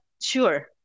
sure